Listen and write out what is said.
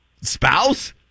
spouse